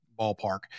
ballpark